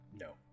no